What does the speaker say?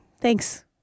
Thanks